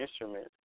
instruments